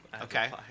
Okay